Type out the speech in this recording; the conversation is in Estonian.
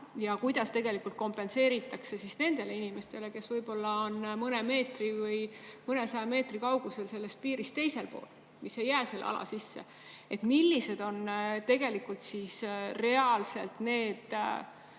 ja kuidas tegelikult kompenseeritakse nendele inimestele, kes võib-olla on mõne meetri või mõnesaja meetri kaugusel sellest piirist teisel pool, mis ei jää selle ala sisse. Millised on reaalselt need